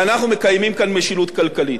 ואנחנו מקיימים כאן משילות כלכלית.